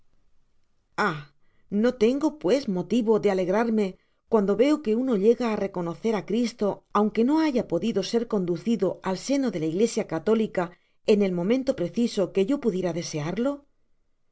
no tengo pues motivo de alegrarme cuando veo que uno llega á reconocer á cristo aunque no haya podido ser conducido al seno de la iglesia católica en el momento preciso que yo pudiera desearlo